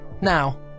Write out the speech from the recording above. Now